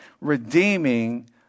redeeming